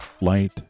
light